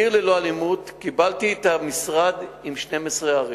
"עיר ללא אלימות" קיבלתי את המשרד עם 12 ערים.